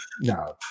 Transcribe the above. no